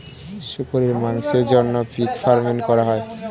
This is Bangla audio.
শুকরের মাংসের জন্য পিগ ফার্মিং করা হয়